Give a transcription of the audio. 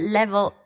Level